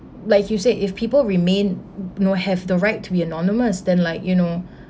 like you said if people remain you know have the right to be anonymous then like you know